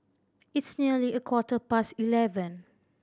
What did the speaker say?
its nearly a quarter past eleven